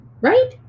right